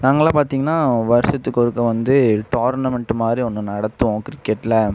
நாங்கள்லாம் பார்த்திங்கனா வருஷத்துக்கு ஒருக்க வந்து டோரனமெண்ட்டு மாதிரி ஒன்று நடத்துவோம் கிரிக்கெட்டில்